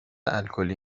الکلی